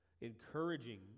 Encouraging